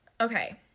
Okay